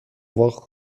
واق